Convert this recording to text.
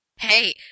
Hey